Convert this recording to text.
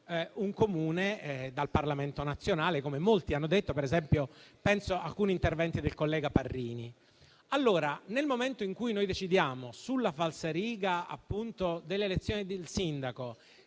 un Comune dal Parlamento nazionale, come molti hanno detto e, penso ad alcuni interventi del collega Parrini. Allora, nel momento in cui decidiamo, sulla falsariga delle elezioni del sindaco,